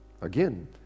Again